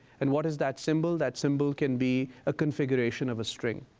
and what is that symbol? that symbol can be a configuration of a string.